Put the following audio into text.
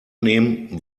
nehmen